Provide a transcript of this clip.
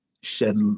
shed